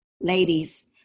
ladies